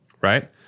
right